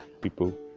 people